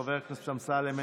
חבר הכנסת אמסלם,